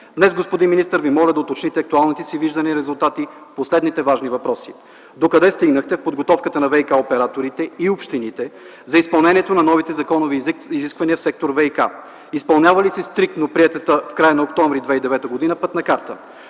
Днес, господин министър, Ви моля да уточните актуалните си виждания и резултати по следните важни въпроси. Докъде стигнахте в подготовката на ВиК-операторите и общините за изпълнението на новите законови изисквания в сектор „ВиК”? Изпълнява ли се стриктно приетата в края на октомври 2009 г. пътна карта?